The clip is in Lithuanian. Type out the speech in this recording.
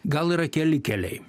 gal yra keli keliai